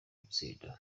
gutsinda